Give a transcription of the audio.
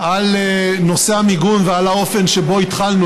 על נושא המיגון ועל האופן שבו התחלנו